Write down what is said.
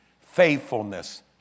faithfulness